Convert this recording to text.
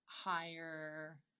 Higher